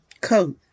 coat